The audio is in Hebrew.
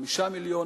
5 מיליון,